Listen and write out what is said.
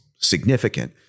significant